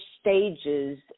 stages